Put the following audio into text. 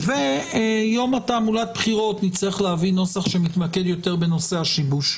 ליום הבחירות נצטרך להביא נוסח שמתמקד יותר בנושא השיבוש.